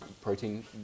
protein